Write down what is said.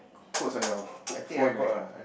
quotes on your phone right